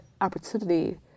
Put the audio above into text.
opportunity